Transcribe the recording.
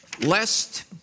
lest